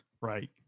Right